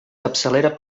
capçalera